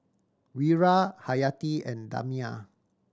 Wira Hayati and Damia